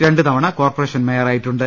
രണ്ടുതവണ കോർപറേഷൻ മേയ റായിട്ടുണ്ട്